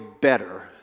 better